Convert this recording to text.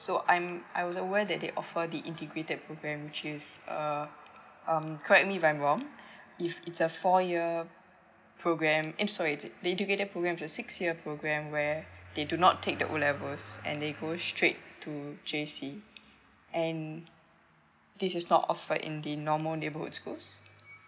so I'm I was aware that they offer the integrated program which is uh um correct me if I'm wrong if it's a four year program eh sorry the integrated program is a six year program where they do not take the O levels and they go straight to J_C and this is not offered in the normal neighborhood schools